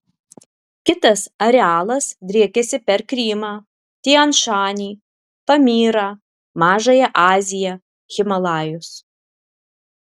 kitas arealas driekiasi per krymą tian šanį pamyrą mažąją aziją himalajus